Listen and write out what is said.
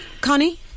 Connie